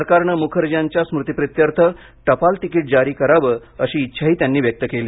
सरकारनं मुखर्जी यांच्या स्मृतिप्रित्यर्थ टपाल तिकीट जारी करावं अशी इच्छाही त्यांनी व्यक्त केली